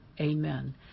Amen